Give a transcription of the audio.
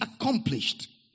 accomplished